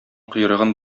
койрыгын